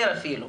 יותר אפילו.